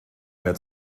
mehr